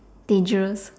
dangerous